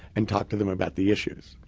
and talk to them about the issues.